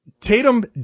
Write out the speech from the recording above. Tatum